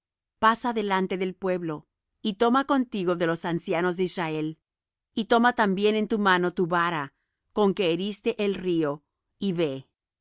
pasa delante del pueblo y toma contigo de los ancianos de israel y toma también en tu mano tu vara con que heriste el río y ve he